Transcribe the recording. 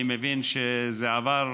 אני מבין שזה עבר